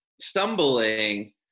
stumbling